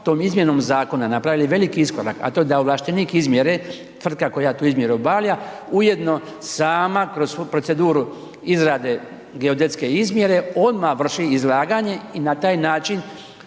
tom izmjenom zakona napravili veliki iskorak a to da je da ovlaštenik izmjere, tvrtka koja tu izmjeru obavlja, ujedno sama kroz svu proceduru izrade geodetske izmjere, odmah vrši izlaganje i na taj način